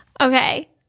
Okay